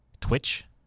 twitch